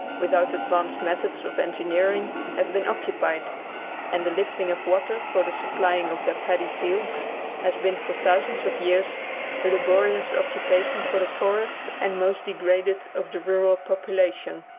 without advanced methods of engineering, have been occupied and the lifting of water for the supplying of their paddy fields has been for thousands of years a laborious occupation for the poorest and most degraded of the rural population.